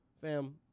fam